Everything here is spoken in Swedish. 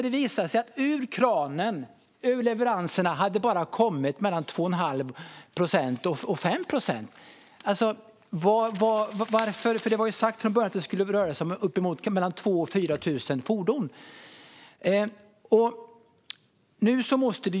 Det visade sig ju att mellan 2 1⁄2 och 5 procent av fordonen levererades, men från början var det sagt att det skulle röra sig om 2 000-4 000 fordon.